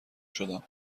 شدم